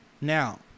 Now